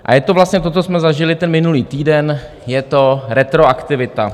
A je to vlastně to, co jsme zažili ten minulý týden, je to retroaktivita.